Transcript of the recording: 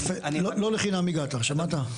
יפה, לא לחינם הגעת, שמעת?